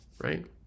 right